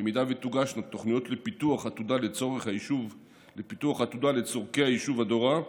אם תוגשנה תוכניות לפיתוח עתודה לצורכי היישוב אדורה,